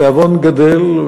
התיאבון גדל,